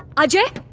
ajay.